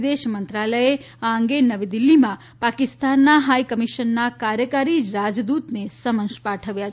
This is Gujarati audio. વિદેશ મંત્રાલયે આ અંગે નવી દિલ્હીમાં પાકિસ્તાનના હાઇકમિશનના કાર્યકારી રાજદ્રતને સમન્સ પાઠવ્યા છે